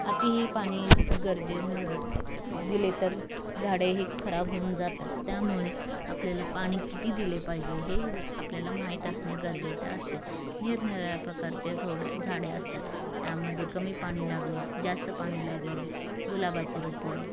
अति ही पाणी गरजेन दिले तर झाडे हे खराब होऊन जातात त्यामुळे आपल्याला पाणी किती दिले पाहिजे हे आपल्याला माहीत असणे गरजेचे असते निरनिराळ्या प्रकारचे झोडे झाडे असतात त्यामध्ये कमी पाणी लागणी जास्त पाणी लागणी गुलाबाचे रोपं